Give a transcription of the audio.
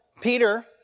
Peter